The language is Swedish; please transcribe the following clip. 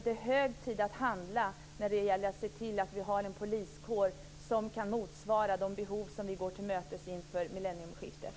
Det är hög tid att handla och se till att vi har en poliskår som kan motsvara de behov vi går till mötes inför millennieskiftet.